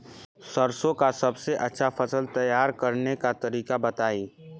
सरसों का सबसे अच्छा फसल तैयार करने का तरीका बताई